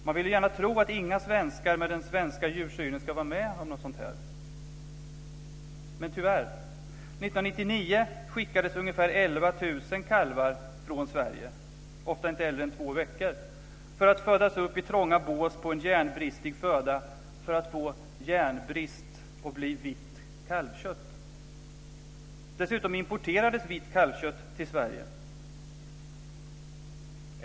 Man vill gärna tro att inga svenskar, med den svenska djursynen, ska vara med om något sådant här. Men tyvärr - 1999 skickades ungefär 11 000 kalvar från Sverige. De var ofta inte äldre än två veckor, och de skickade i väg för att födas upp i trånga bås på en järnfattig föda för att få järnbrist och bli vitt kalvkött. Dessutom importerades vitt kalvkött till Sverige.